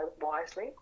wisely